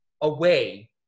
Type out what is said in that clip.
away